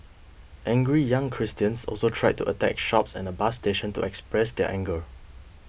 angry young Christians also tried to attack shops and a bus station to express their anger